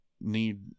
need